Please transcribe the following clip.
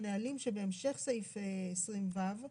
הנהלים שבהמשך סעיף 20ו,